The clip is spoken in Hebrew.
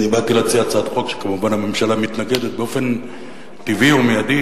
אני באתי להציע הצעת חוק שכמובן הממשלה מתנגדת לה באופן טבעי ומיידי,